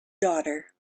daughter